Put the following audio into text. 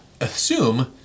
assume